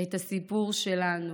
את הסיפור שלנו.